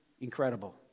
incredible